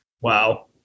Wow